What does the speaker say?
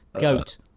Goat